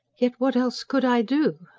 yet what else could i do?